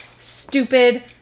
stupid